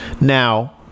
Now